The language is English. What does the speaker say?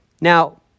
Now